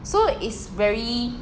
so is very